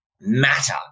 matter